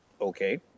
okay